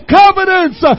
covenants